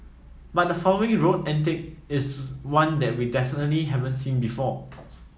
but the following road antic is one that we definitely haven't seen before